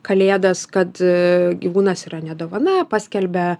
kalėdas kad gyvūnas yra ne dovana paskelbia